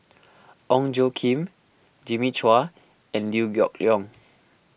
Ong Tjoe Kim Jimmy Chua and Liew Geok Leong